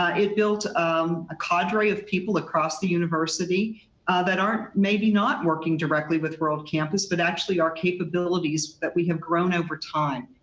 ah it built um a cadre of people across the university that are maybe not working directly with rural campus, but actually our capabilities that we have grown over time.